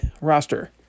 roster